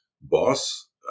boss